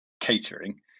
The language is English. catering